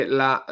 la